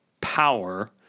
power